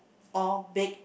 or bake